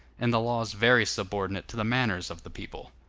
and the laws very subordinate to the manners of the people.